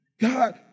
God